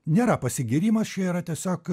nėra pasigyrimas čia yra tiesiog